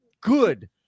good